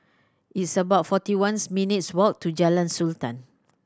it's about forty ones minutes' walk to Jalan Sultan